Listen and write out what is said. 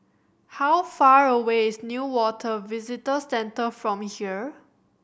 how far away is Newater Visitor Centre from here